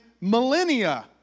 millennia